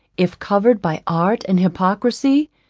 if covered by art and hypocrisy,